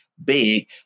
big